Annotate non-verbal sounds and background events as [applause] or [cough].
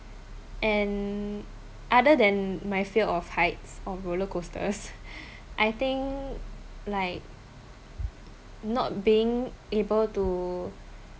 and other than my fear of heights or roller coasters [laughs] I think like not being able to